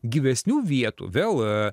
gyvesnių vietų vėl a